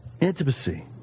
Intimacy